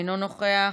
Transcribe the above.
אינו נוכח,